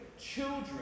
children